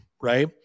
right